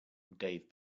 dave